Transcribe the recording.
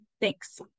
Thanks